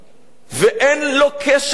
ואין לו קשב,